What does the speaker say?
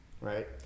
right